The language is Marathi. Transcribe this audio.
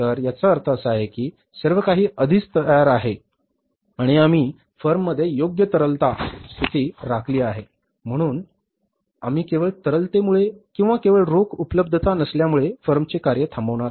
तर याचा अर्थ असा आहे की सर्व काही आधिच तयार आहे आणि आम्ही फर्ममध्ये योग्य तरलता स्थिती राखली आहे म्हणून आम्ही केवळ तरलतेमुळे किंवा केवळ रोख उपलब्धता नसल्यामुळे फर्मचे कार्य थांबवणार नाही